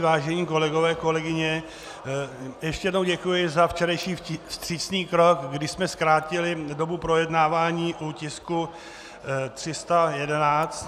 Vážení kolegové, kolegyně, ještě jednou děkuji za včerejší vstřícný krok, kdy jsme zkrátili dobu projednávání u tisku 311.